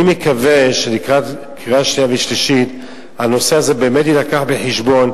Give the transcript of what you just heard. אני מקווה שלקראת קריאה שנייה ושלישית הנושא הזה באמת יילקח בחשבון,